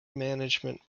management